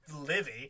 Livy